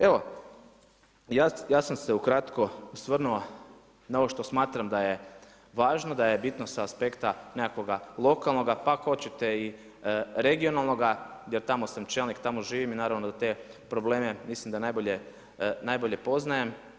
Evo ja sam se ukratko osvrnuo na ovo što smatram da je važno, da je bitno sa aspekta nekakvoga lokalnoga pa ako hoćete i regionalnoga jer tamo sam čelnik, tamo živim i da te probleme mislim da najbolje poznajem.